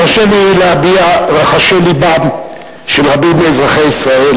תרשה לי להביע רחשי לבם של רבים מאזרחי ישראל